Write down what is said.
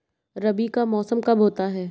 रबी का मौसम कब होता हैं?